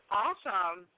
awesome